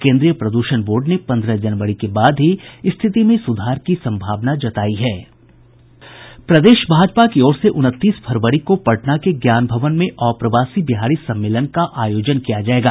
केन्द्रीय प्रदूषण बोर्ड ने पन्द्रह जनवरी के बाद ही स्थिति में सुधार की सम्भावना जतायी है प्रदेश भाजपा की ओर से उनतीस फरवरी को पटना के ज्ञान भवन में अप्रवासी बिहारी सम्मेलन का आयोजन किया जायेगा